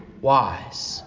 wise